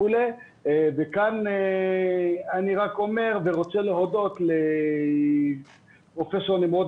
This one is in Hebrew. כאן אני רק אומר ורוצה להודות לפרופ' נמרוד